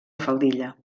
faldilla